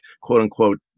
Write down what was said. quote-unquote